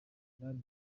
bari